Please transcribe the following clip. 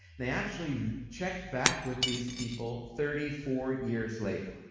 they actually checked back with these people thirty four years later.